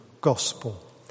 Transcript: gospel